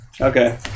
Okay